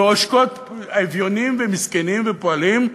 ועושקות אביונים ומסכנים ופועלים,